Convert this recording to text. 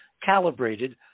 calibrated